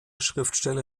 schriftsteller